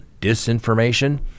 disinformation